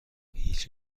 هیچ